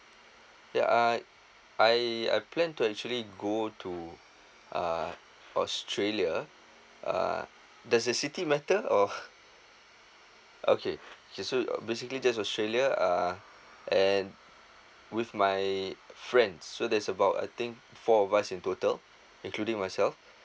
ya uh I I plan to actually go to uh australia uh does the city matter or okay okay so basically just australia uh and with my friends so there's about I think four of us in total including myself